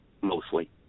mostly